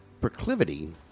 proclivity